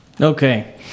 Okay